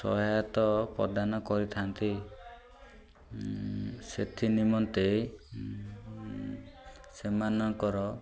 ସହାୟତା ପ୍ରଦାନ କରିଥାନ୍ତି ସେଥି ନିମନ୍ତେ ସେମାନଙ୍କର